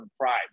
pride